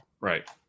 Right